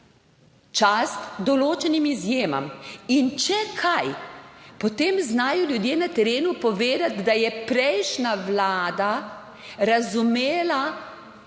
čast določenim izjemam. In če kaj, potem znajo ljudje na terenu povedati, da je prejšnja vlada razumela